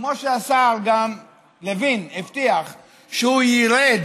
כמו שהשר לוין גם הבטיח, ירד